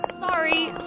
Sorry